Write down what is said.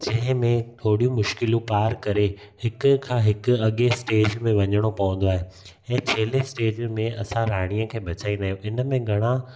जंहिं में थोरियूं मुश्किलूं पार करे हिक खां हिकु अॻे स्टेज में वञणो पवंदो आहे ऐं छह वें स्टेज में असां राणीअ खे बचाईंदा आहियूं हिन में घणा